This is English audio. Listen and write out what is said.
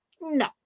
No